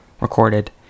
recorded